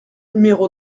numéro